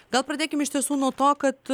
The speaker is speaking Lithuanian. gal pradėkime iš tiesų nuo to kad